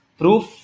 proof